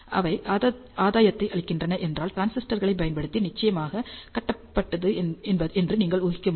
அவை ஆதாயத்தை அளிக்கின்றன என்றால் டிரான்சிஸ்டர்களைப் பயன்படுத்தி நிச்சயமாக கட்டப்பட்டது என்று நீங்கள் யூகிக்க வேண்டும்